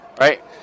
right